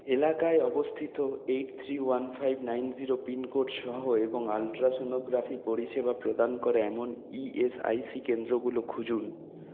এলাকায় অবস্থিত eight three one five nine zero pin code সহ এবং আল্ট্রাসনোগ্রাফি পরিষেবা প্রদান করে এমন ইএসআইসি কেন্দ্রগুলো খুঁজুন